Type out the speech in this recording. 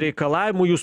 reikalavimų jūs